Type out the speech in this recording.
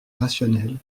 rationnelle